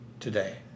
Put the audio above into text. Today